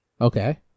Okay